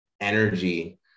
energy